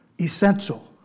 Essential